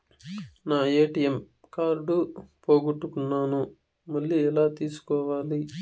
నా ATM card పోగొట్టుకున్నాను, మళ్ళీ ఎలా తీసుకోవాలి?